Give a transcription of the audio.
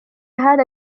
هذا